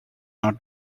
not